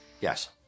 Yes